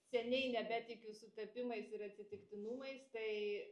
seniai nebetikiu sutapimais ir atsitiktinumais tai